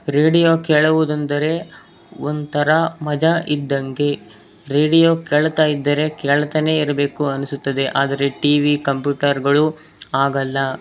radio ಕೇಳುವುದೆಂದರೆ ಒಂಥರ ಮಜಾ ಇದ್ದಂಗೆ ರೇಡಿಯೋ ಕೇಳ್ತಾ ಇದ್ದರೆ ಕೇಳ್ತಾನೆ ಇರಬೇಕು ಅನಿಸುತ್ತದೆ ಆದರೆ ಟಿ ವಿ ಕಂಪ್ಯೂಟರ್ಗಳು ಹಾಗಲ್ಲ